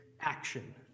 action